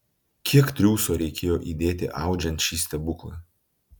kiek triūso reikėjo įdėti audžiant šį stebuklą